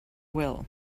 will